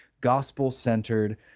gospel-centered